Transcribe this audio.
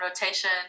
rotation